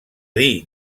dir